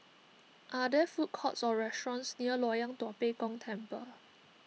are there food courts or restaurants near Loyang Tua Pek Kong Temple